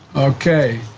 okay.